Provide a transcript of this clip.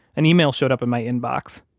an email showed up in my inbox.